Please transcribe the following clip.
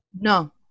No